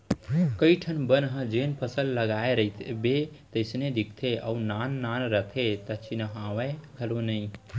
कइ ठन बन ह जेन फसल लगाय रइबे तइसने दिखते अउ नान नान रथे त चिन्हावय घलौ नइ